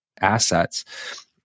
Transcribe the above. assets